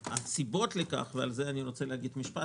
הסיבות לכך על זה אני רוצה להגיד משפט